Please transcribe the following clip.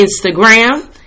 Instagram